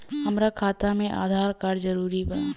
हमार खाता में आधार कार्ड जरूरी बा?